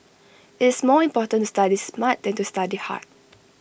IT is more important to study smart than to study hard